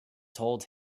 told